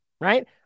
right